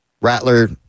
Rattler